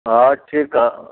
हा ठीकु आहे